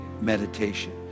meditation